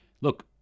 look